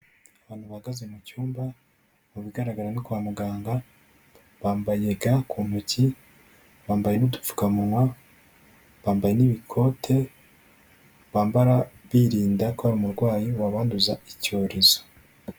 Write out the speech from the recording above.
Abantu bahagaze mu cyumba, mu bigaragara no kwa muganga, bambaye ga ku ntoki, bambaye n'udupfukamunwa, bambaye n'ibikote, bambara birinda ko umurwayi wabanduza icyorezo.